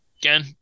Again